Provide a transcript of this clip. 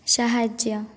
ସାହାଯ୍ୟ